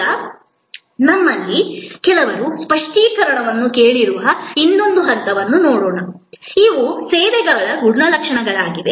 ಈಗ ನಿಮ್ಮಲ್ಲಿ ಕೆಲವರು ಸ್ಪಷ್ಟೀಕರಣವನ್ನು ಕೇಳಿರುವ ಇನ್ನೊಂದು ಹಂತವನ್ನು ನೋಡೋಣ ಇವು ಸೇವೆಗಳ ಗುಣಲಕ್ಷಣಗಳಾಗಿವೆ